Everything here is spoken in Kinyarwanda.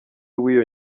w’iyo